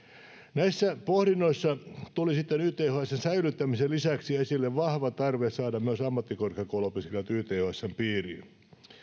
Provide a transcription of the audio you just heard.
näissä pohdinnoissa tuli sitten ythsn säilyttämisen lisäksi esille vahva tarve saada myös ammattikorkeakouluopiskelijat ythsn piiriin